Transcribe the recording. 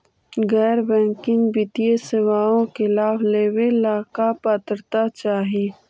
गैर बैंकिंग वित्तीय सेवाओं के लाभ लेवेला का पात्रता चाही?